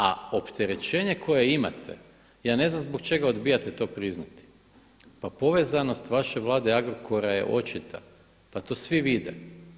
A opterećenje koje imate, ja ne znam zbog čega odbijate to priznati, pa povezanost vaše Vlade i Agrokora je očita pa to svi vide.